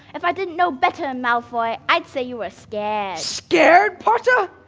if i didn't know better, malfoy, i'd say you were scared. scared, potter?